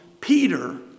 Peter